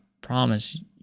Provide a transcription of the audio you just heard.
promise